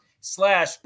slash